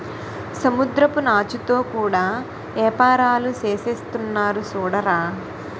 సముద్రపు నాచుతో కూడా యేపారాలు సేసేస్తున్నారు సూడరా